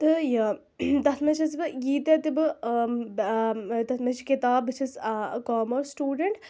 تہٕ یہِ تَتھ منٛز چھَس بہٕ ییٖتاہ تہِ بہٕ تَتھ منٛز چھِ کِتاب بہٕ چھَس کامٲرٕس سِٹوٗڈَنٛٹ